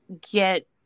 get